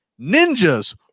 ninjas